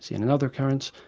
seen another occurrence,